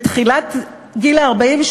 בתחילת גיל ה-40,